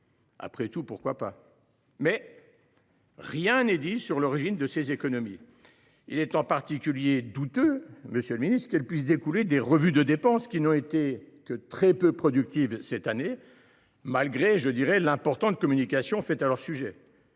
Après tout, pourquoi pas ? Mais rien n’est dit sur l’origine de ces économies. Il est en particulier douteux qu’elles puissent découler des « revues de dépenses », qui n’ont été que très peu productives cette année, malgré l’importante communication faite à leur sujet.